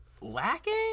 lacking